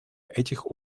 этих